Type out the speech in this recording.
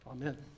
Amen